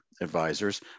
advisors